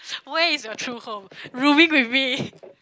where is your true home rooming with me